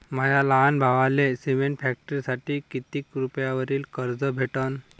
माया लहान भावाले सिमेंट फॅक्टरीसाठी कितीक रुपयावरी कर्ज भेटनं?